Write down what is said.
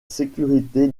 sécurité